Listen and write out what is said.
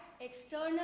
external